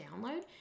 download